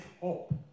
hope